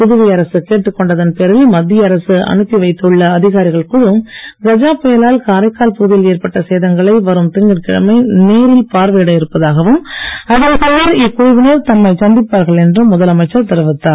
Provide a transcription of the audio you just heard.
புதுவை அரசு கேட்டுக் கொண்டதன் பேரில் மத்திய அரசு அனுப்பி வைத்துள்ள அதிகாரிகள் குழு கஜா புயலால் காரைக்கால் பகுதியில் ஏற்பட்ட சேதங்களை வரும் திங்கட்கிழமை நேரில் பார்வையிட இருப்பதாகவும் அதன் பின்னர் இக்குழுவினர் தம்மை சந்திப்பார்கள் என்றும் முதலமைச்சர் தெரிவித்தார்